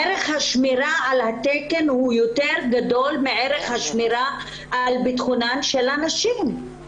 ערך השמירה על התקן הוא יותר גדול מערך השמירה על ביטחונן של הנשים.